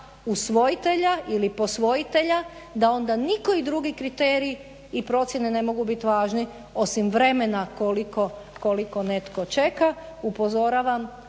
usvojitelja ili posvojitelja da onda nikoji drugi kriterij i procjene ne mogu biti važni osim vremena koliko netko čeka. Upozoravam